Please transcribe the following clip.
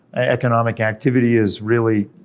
economic activity is really